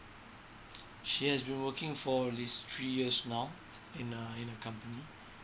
she has been working for at least three years now in a in a company